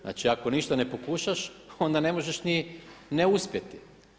Znači ako ništa ne pokušaš onda ne možeš ni ne uspjeti.